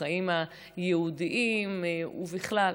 בחיים היהודיים ובכלל.